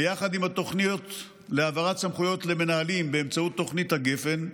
ויחד עם התוכנית להעברת סמכויות למנהלים באמצעות תוכנית גפ"ן,